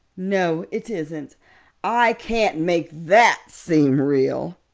no, it isn't i can't make that seem real.